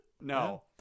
No